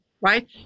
right